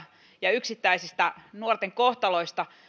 ja yksittäisistä nuorten kohtaloista